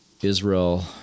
Israel